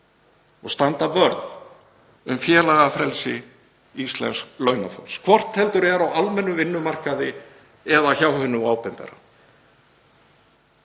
og standa vörð um félagafrelsi íslensks launafólks, hvort heldur er á almennum vinnumarkaði eða hjá hinu opinbera.